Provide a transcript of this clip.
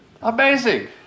amazing